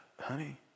Honey